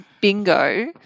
bingo